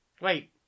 Wait